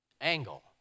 angle